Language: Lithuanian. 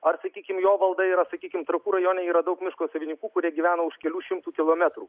ar sakykim jo valda yra sakykim trakų rajone yra daug miško savininkų kurie gyvena už kelių šimtų kilometrų